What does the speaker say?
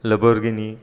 Lamborghini